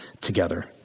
together